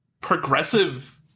progressive